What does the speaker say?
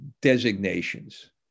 designations